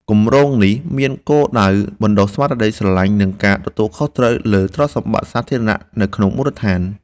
គម្រោងនេះមានគោលដៅបណ្តុះស្មារតីស្រឡាញ់ និងការទទួលខុសត្រូវលើទ្រព្យសម្បត្តិសាធារណៈនៅក្នុងមូលដ្ឋាន។